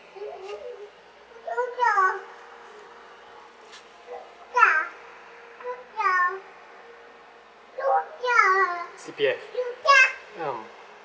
C_P_F ah